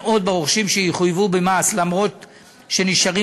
כאמור, להרחיב,